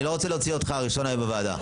אני לא רוצה להוציא אותך הראשון היום בוועדה.